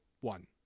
one